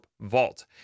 Vault